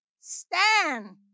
stand